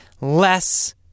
less